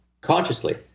consciously